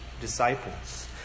disciples